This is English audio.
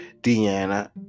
Deanna